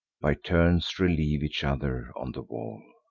by turns relieve each other on the wall.